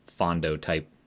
Fondo-type